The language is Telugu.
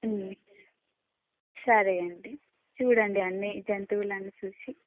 సరే అండి చూడండి అన్ని జంతువులన్నీ చూసి